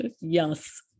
Yes